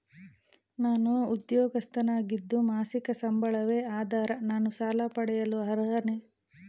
ನಾನು ಉದ್ಯೋಗಸ್ಥನಾಗಿದ್ದು ಮಾಸಿಕ ಸಂಬಳವೇ ಆಧಾರ ನಾನು ಸಾಲ ಪಡೆಯಲು ಅರ್ಹನೇ?